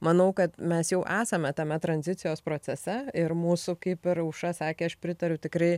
manau kad mes jau esame tame tranzicijos procese ir mūsų kaip ir aušra sakė aš pritariu tikrai